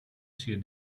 sia